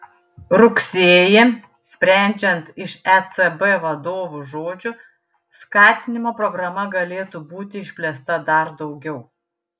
rugsėjį sprendžiant iš ecb vadovų žodžių skatinimo programa galėtų būti išplėsta dar daugiau